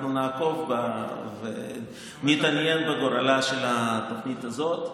אנחנו נעקוב ונתעניין בגורלה של התוכנית הזאת,